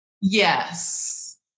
Yes